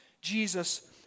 Jesus